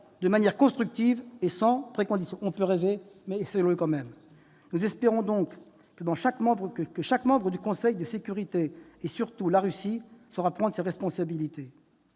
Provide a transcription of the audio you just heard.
de manière constructive et sans préconditions ». On peut rêver, mes chers collègues, mais essayons tout de même ! Nous espérons donc que chaque membre du Conseil de sécurité, surtout la Russie, saura prendre ses responsabilités.